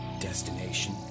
destination